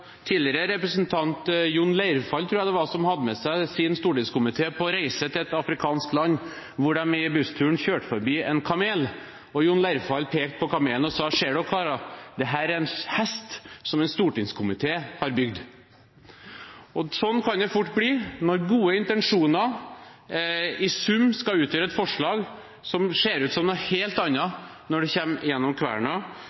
tidligere representant Jon Leirfall – tror jeg det var – som hadde med seg sin stortingskomité på reise til et afrikansk land. På bussturen kjørte de forbi en kamel. Jon Leirfall pekte på kamelen og sa: Ser dere, karer, dette er en hest som en stortingskomité har bygd. Sånn kan det fort bli når gode intensjoner i sum skal utgjøre et forslag som ser ut som noe helt